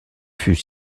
fut